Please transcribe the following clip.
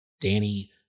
Danny